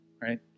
Right